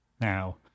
now